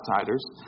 outsiders